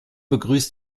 begrüßt